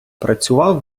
працював